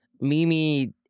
Mimi